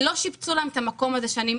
לא שיפצו להם את המקום הזה שנים.